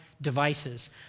devices